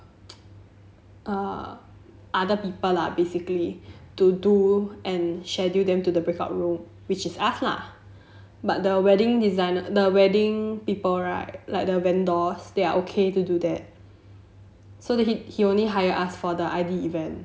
uh other people lah basically to do and schedule them to the breakout room which is us lah but the wedding designer the wedding people right like the vendors they are okay to do that so he only hire us for the I_D event